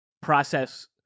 process